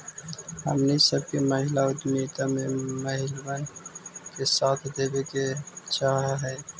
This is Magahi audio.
हमनी सब के महिला उद्यमिता में महिलबन के साथ देबे के चाहई